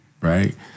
Right